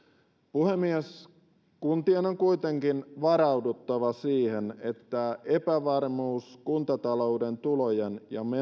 puhemies kuntien on kuitenkin varauduttava siihen että epävarmuus kuntatalouden tulojen ja menojen